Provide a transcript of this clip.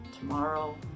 tomorrow